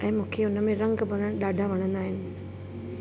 ऐं मूंखे हुन में रंग भरण ॾाढा वणंदा आहिनि